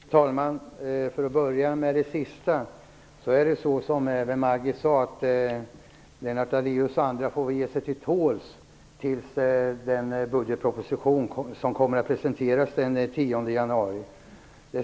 Fru talman! För att börja med det sist sagda är det som Maggi Mikaelsson sade. Lennart Daléus och andra får ge sig till tåls tills budgetpropositionen presenteras den 10 januari.